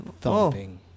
Thumping